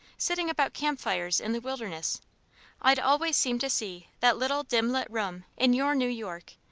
sitting about camp-fires in the wilderness i'd always seem to see that little, dim-lit room in your new york,